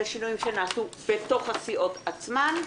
אלה השינויים שנעשו בתוך הסיעות עצמן.